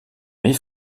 mes